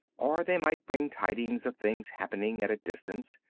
or they might bring tidings of things happening at a distance,